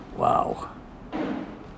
Wow